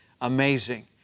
Amazing